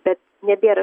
bet nebėra